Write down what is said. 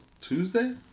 Tuesday